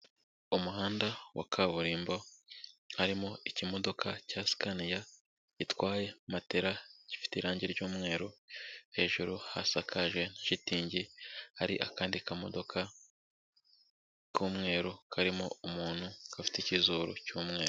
Umuhanda wa kaburimbo harimo ikimodoka cya sikaniya gitwaye matera gifite irange ry'umweru, hejuru hasakaje shitingi, hari akandi kamodoka k'umweru karimo umuntu gafite ikizuru cy'umweru.